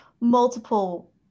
multiple